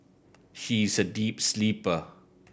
she is a deep sleeper